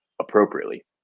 appropriately